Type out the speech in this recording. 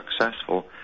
successful